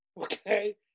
okay